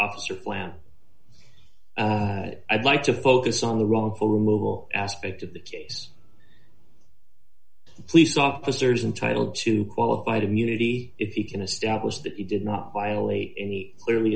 officer plan i'd like to focus on the wrongful removal aspect of the case police officers entitle to qualified immunity if you can establish that you did not violate any clearly